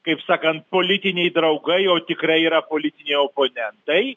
kaip sakant politiniai draugai o tikrai yra politiniai oponentai